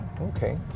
okay